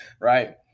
right